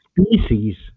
species